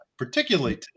particularly